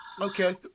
Okay